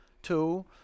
Two